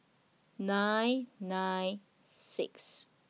nine nine six